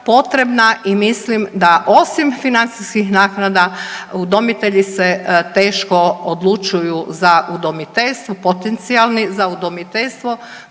i mislim da osim financijskih naknada udomitelji se teško odlučuju za udomiteljstvo, potencijalni, za udomiteljstvo